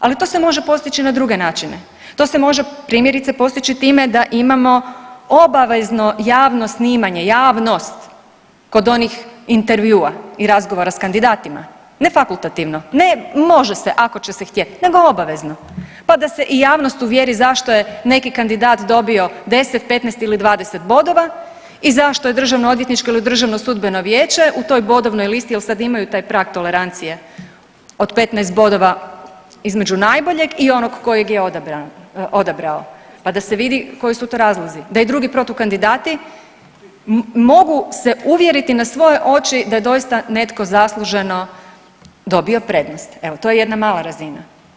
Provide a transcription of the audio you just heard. Ali to se može postići na druge načine, to se može primjerice postići time da imamo obavezano javno snimanje, javnost kod onih intervjua i razgovora s kandidatima, ne fakultativno, ne može se ako će se htjet nego obavezno pa da se i javnost uvjeri zašto je neki kandidat dobio 10, 15 ili 20 bodova i zašto je DOV ili DSV u toj bodovnoj listi jel sad imaju taj prag tolerancije od 15 bodova između najboljeg i onog kojeg je odabrao pa da se vidi koji su to razlozi da i drugi protukandidati mogu se uvjeriti na svoje oči da doista netko zasluženo dobio prednost, evo to je jedna mala razina.